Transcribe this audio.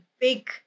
big